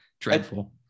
Dreadful